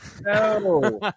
No